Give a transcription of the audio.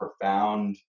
profound